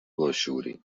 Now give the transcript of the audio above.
باشعوری